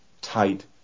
tight